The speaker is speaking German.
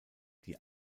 die